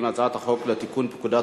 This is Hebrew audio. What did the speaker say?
ההצעה להעביר את הצעת חוק לתיקון פקודת